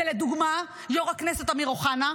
זה לדוגמה יו"ר הכנסת אמיר אוחנה,